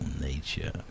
nature